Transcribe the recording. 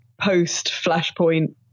post-Flashpoint